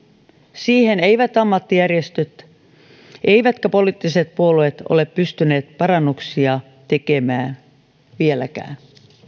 siihen eivät ammattijärjestöt eivätkä poliittiset puolueet ole pystyneet parannuksia tekemään vieläkään